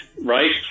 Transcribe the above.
right